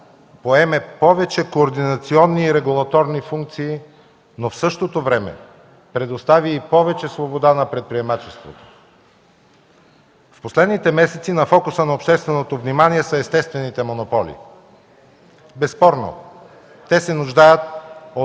поеме повече координационни и регулаторни функции, но в същото време предостави и повече свобода на предприемачеството. В последните месеци на фокуса на общественото внимание са естествените монополи. Безспорно те се нуждаят от